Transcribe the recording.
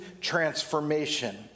transformation